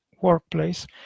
workplace